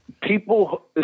people